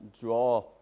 draw